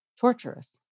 torturous